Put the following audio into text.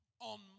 on